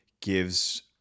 gives